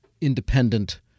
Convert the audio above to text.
independent